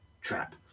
trap